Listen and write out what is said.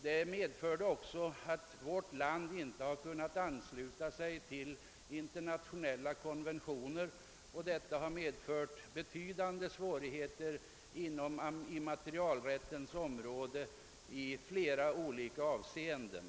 Vårt land har därigenom inte kunnat ansluta sig till internationella konventioner, och det har medfört betydande svårigheter på immaterialrättens område i flera avseenden.